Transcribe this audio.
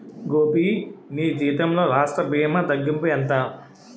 గోపీ నీ జీతంలో రాష్ట్ర భీమా తగ్గింపు ఎంత